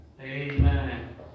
Amen